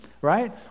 right